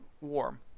warm